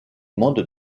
monde